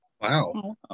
Wow